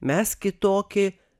mes kitokie